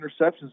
interceptions